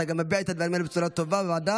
אתה גם מביע את הדברים האלה בצורה טובה בוועדה,